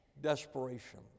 Desperation